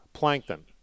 plankton